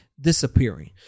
disappearing